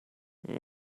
what